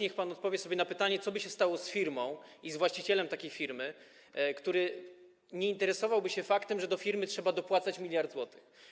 Niech pan odpowie sobie na pytanie, co by się stało z firmą i z właścicielem firmy, który nie interesowałby się faktem, że do firmy trzeba dopłacić 1 mld zł.